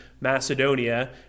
Macedonia